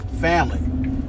family